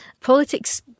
Politics